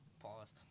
pause